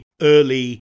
early